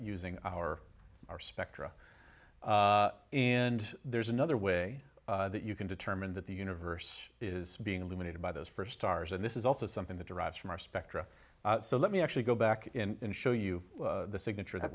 using our r spectra and there's another way that you can determine that the universe is being illuminated by those first stars and this is also something that derives from our spectra so let me actually go back in show you the signature that